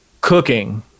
cooking